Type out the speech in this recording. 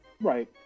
Right